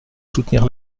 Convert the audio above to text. soutenir